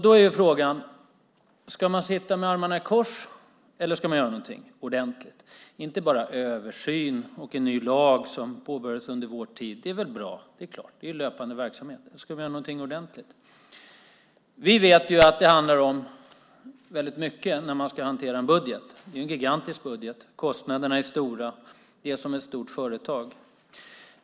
Då är frågan: Ska man sitta med armarna i kors, eller ska man göra någonting ordentligt? Det ska inte bara vara översyn och en ny lag, som påbörjades under vår tid. Det är klart att det är bra; det är ju löpande verksamhet. Men man måste göra någonting ordentligt. Vi vet att det handlar om väldigt mycket när man ska hantera en budget. Det är en gigantisk budget. Kostnaderna är stora. Det är som ett stort företag.